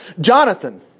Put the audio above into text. Jonathan